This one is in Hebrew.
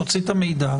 תוציא את המידע,